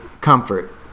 comfort